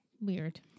weird